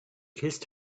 kissed